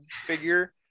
figure